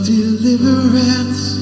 deliverance